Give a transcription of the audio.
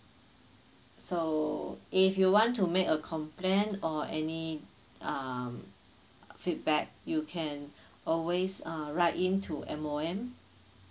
so if you want to make a complaint or any um feedback you can always uh write in to M_O_M